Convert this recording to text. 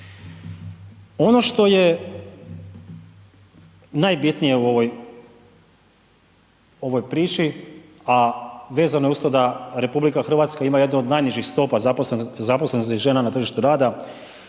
Ono što je najbitnije u ovoj, ovoj priči, a vezano je uz to da RH ima jednu od najnižih stopa zaposlenosti žena na tržištu rada,